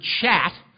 chat